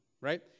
right